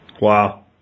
Wow